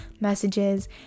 messages